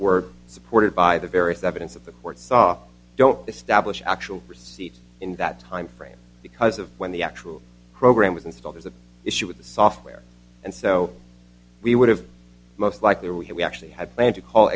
were supported by the various evidence of the court saw don't establish actual receipts in that timeframe because of when the actual program was installed is an issue with the software and so we would have most likely we actually had planned to call